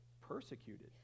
Persecuted